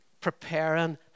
preparing